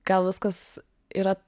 gal viskas yra